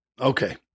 Okay